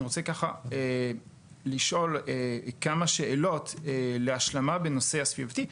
אני רוצה לשאול כמה שאלות להשלמה בנושא הסביבתי.